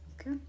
Okay